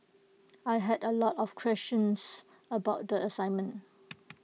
I had A lot of questions about the assignment